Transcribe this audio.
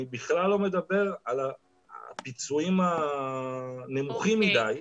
בכלל לא מדבר על הפיצויים הנמוכים מדי.